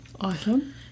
Awesome